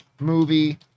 movie